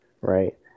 right